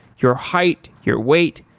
your height, your weight,